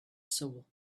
soul